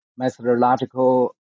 Methodological